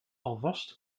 alvast